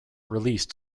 released